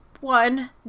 one